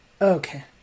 Okay